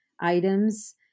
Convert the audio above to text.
items